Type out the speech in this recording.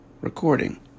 recording